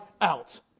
out